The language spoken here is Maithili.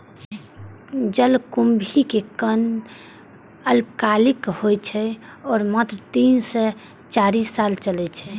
जलकुंभी के कंद अल्पकालिक होइ छै आ मात्र तीन सं चारि साल चलै छै